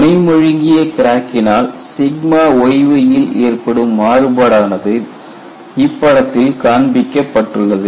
முனை மழுங்கிய கிராக்கினால் yyல் ஏற்படும் மாறுபாடானது இப்படத்தில் காண்பிக்கப்பட்டுள்ளது